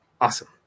Awesome